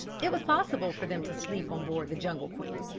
it was possible for them to sleep on board the jungle queen.